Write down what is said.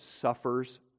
suffers